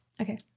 Okay